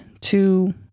two